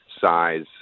size